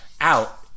out